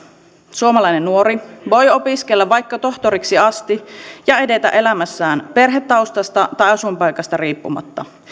suomalainen nuori voi opiskella vaikka tohtoriksi asti ja edetä elämässään perhetaustasta tai asuinpaikasta riippumatta